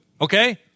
okay